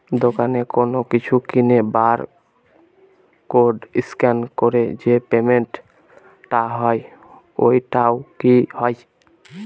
দোকানে কোনো কিছু কিনে বার কোড স্ক্যান করে যে পেমেন্ট টা হয় ওইটাও কি হয়?